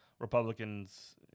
Republicans